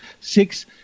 six